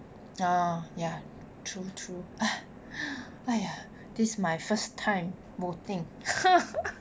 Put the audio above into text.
orh ya true true !aiya! this is my first time voting